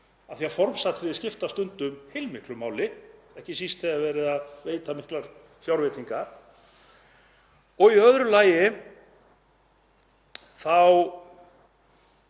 því að formsatriðin skipta stundum heilmiklu máli, ekki síst þegar verið er að veita miklar fjárveitingar. Í öðru lagi